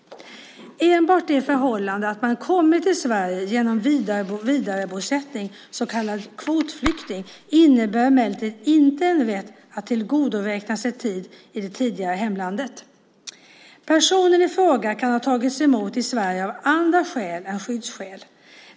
Enbart det förhållandet att man kommit till Sverige genom vidarebosättning och är så kallad kvotflykting innebär emellertid inte en rätt att tillgodoräkna sig tid i det tidigare hemlandet. Personen i fråga kan ha tagits emot i Sverige av andra skäl än skyddsskäl.